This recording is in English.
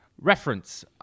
Reference